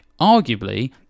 Arguably